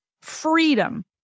freedom